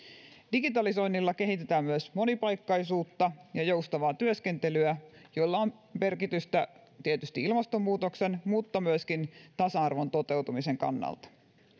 digitalisoinnilla kehitetään myös monipaikkaisuutta ja joustavaa työskentelyä joilla on merkitystä tietysti ilmastonmuutoksen mutta myöskin tasa arvon toteutumisen kannalta